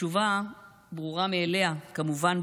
התשובה ברורה מאליה: כמובן,